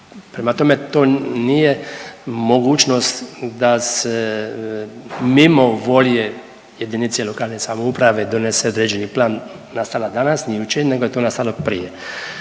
Prema tome, to nije mogućnost da se mimo volje jedinice lokalne samouprave donese određeni plan nastala danas, ni jučer nego je to nastalo prije.